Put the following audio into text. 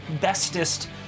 bestest